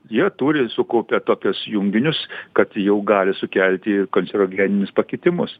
jie turi sukaupę tokius junginius kad jau gali sukelti kancerogeninius pakitimus